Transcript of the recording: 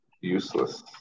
useless